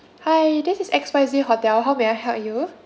hi this is X Y Z hotel how may I help you